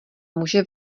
muže